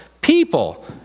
People